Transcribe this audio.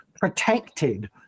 protected